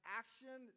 action